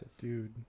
Dude